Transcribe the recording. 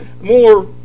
more